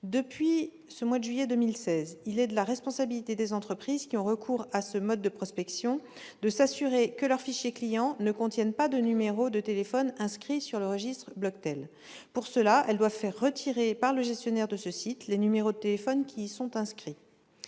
Depuis le mois de juillet 2016, il est de la responsabilité des entreprises qui ont recours à ce mode de prospection commerciale de s'assurer que leurs fichiers clients ne contiennent pas de numéros de téléphone inscrits sur le registre Bloctel. Pour cela, elles doivent faire retirer par le gestionnaire de ce site les numéros de téléphone qui y sont inscrits.